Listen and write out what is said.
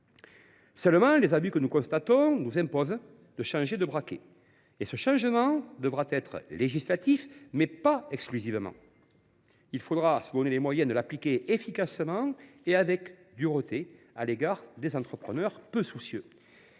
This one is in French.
Seulement, les abus que nous constatons nous imposent de changer de braquet. Et ce changement devra être législatif, mais pas exclusivement. Il faudra se donner les moyens de l’appliquer efficacement et avec dureté à l’égard des entrepreneurs peu scrupuleux.